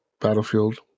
Battlefield